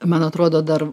man atrodo dar